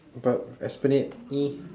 but esplanade !ee!